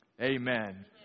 amen